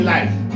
Life